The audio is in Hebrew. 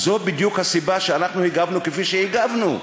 וזאת בדיוק הסיבה שאנחנו הגבנו כפי שהגבנו.